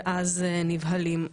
ואז נבהלים.